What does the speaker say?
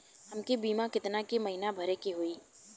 हमके बीमा केतना के महीना भरे के होई?